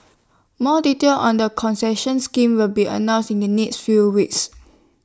more detail on the concession scheme will be announce in next few weeks